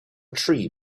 tree